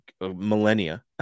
millennia